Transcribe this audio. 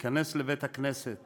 להיכנס לבית-הכנסת